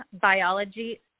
Biology